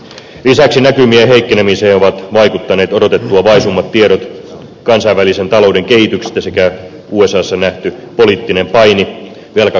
lisäksi näkymien heikkenemiseen ovat vaikuttaneet odotettua vaisummat tiedot kansainvälisen talouden kehityksestä sekä usassa nähty poliittinen paini velkakaton nostamisesta